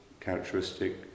characteristic